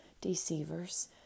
deceivers